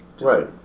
right